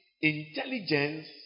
intelligence